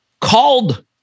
called